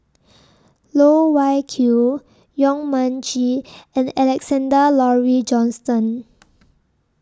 Loh Wai Kiew Yong Mun Chee and Alexander Laurie Johnston